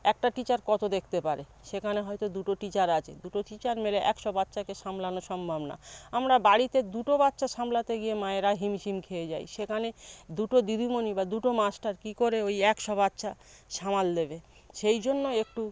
একটা টিচার কত দেখতে পারে সেখানে হয়তো দুটো টিচার আছে দুটো টিচার মিলে একশো বাচ্চাকে সামলানো সম্ভব না আমরা বাড়িতে দুটো বাচ্চা সামলাতে গিয়ে মায়েরা হিমশিম খেয়ে যাই সেখানে দুটো দিদিমণি বা দুটো মাস্টার কী করে ওই একশো বাচ্চা সামাল দেবে সেই জন্য একটু